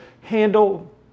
handle